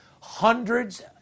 hundreds